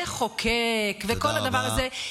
לחוקק וכל הדבר הזה,